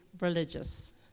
religious